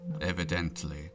Evidently